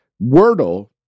Wordle